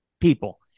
people